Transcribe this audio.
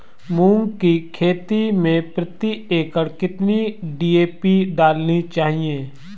मूंग की खेती में प्रति एकड़ कितनी डी.ए.पी डालनी चाहिए?